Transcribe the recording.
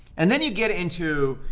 and then you get into,